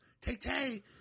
Tay-Tay